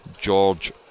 George